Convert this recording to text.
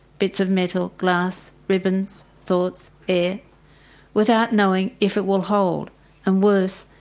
bits of metal, glass, ribbons, thoughts, air without knowing if it will hold and worse,